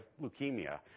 leukemia